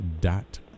dot